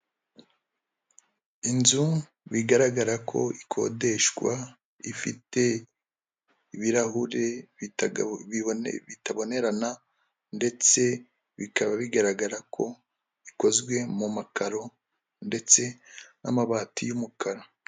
Inzu bigaragara ko ikodeshwa ifite ibirahure bitabonerana ndetse bikaba bigaragara ko ikozwe mu makaro ndetse n'amabati y'umukara.